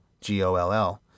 G-O-L-L